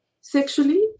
sexually